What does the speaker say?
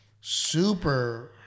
super